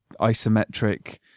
isometric